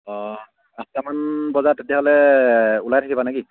অঁ আঠটামান বজাত তেতিয়াহ'লে ওলাই থাকিবানে কি